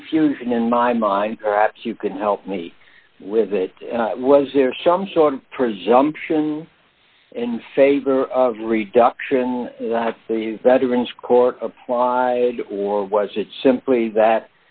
confusion in my mind perhaps you could help me with that was there some sort of presumption in favor of reduction of the veterans court apply or was it simply that